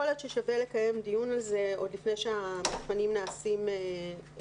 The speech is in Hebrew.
יכול להיות ששווה לקיים דיון על זה עוד לפני המבחנים נעשים סופיים,